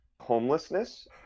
Homelessness